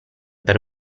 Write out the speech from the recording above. per